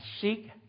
seek